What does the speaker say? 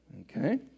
Okay